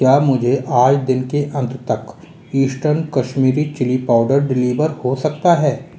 क्या मुझे आज दिन के अंत तक Eastern Kashmiri chilli powder deliver हो सकता है